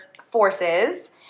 Forces